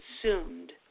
consumed